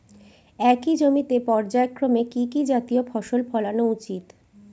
একই জমিতে পর্যায়ক্রমে কি কি জাতীয় ফসল ফলানো উচিৎ?